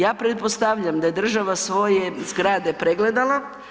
Ja pretpostavljam da je država svoje zgrade pregledala.